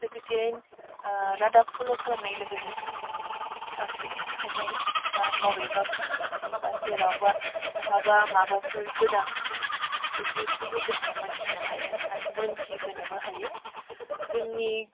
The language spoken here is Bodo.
लोगोसेयैनो रादाब फल' खालामनाय लोगो लोगो जों साख्रि ओंखारनाय बा मबेबा भेकेन्सि बा जेरावबा बहाबा माबाफोर गोनांथि बिफोरखौबो जोङो मिथिनो हायो आरो मिथिहोनोबो हायो जोंनि